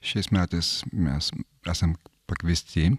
šiais metais mes esam pakviesti